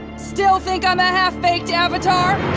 still think i'm a half-baked avatar?